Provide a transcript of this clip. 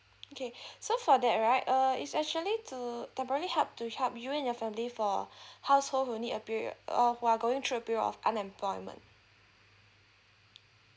okay so for that right err is actually to temporary help to help you and your family for household who need a period uh while going through a period of unemployment